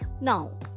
Now